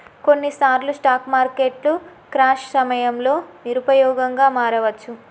కొన్నిసార్లు స్టాక్ మార్కెట్లు క్రాష్ సమయంలో నిరుపయోగంగా మారవచ్చు